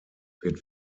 wird